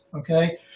Okay